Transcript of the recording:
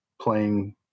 playing